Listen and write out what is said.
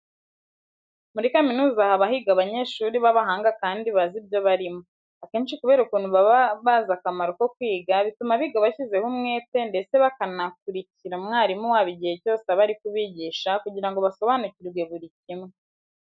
Muri kaminuza haba higa abanyeshuri b'abahanga kandi bazi ibyo barimo. Akenshi kubera ukuntu baba bazi akamaro ko kwiga, bituma biga bashyizeho umwete ndetse bakanakurikira umwarimu wabo igihe cyose aba ari kubigisha kugira ngo basobanukirwe buri kimwe.